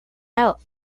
out